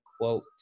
quote